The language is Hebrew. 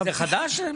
זה תפקיד חדש?